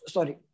Sorry